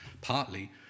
partly